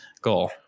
goal